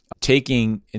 taking